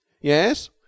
Yes